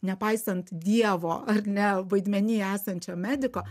nepaisant dievo ar ne vaidmeny esančio mediko